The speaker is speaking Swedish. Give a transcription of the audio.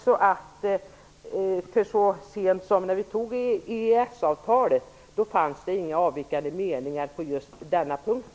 Så sent som när vi antog EES-avtalet fanns det inga avvikande meningar på just denna punkt.